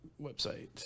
Website